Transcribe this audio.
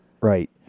Right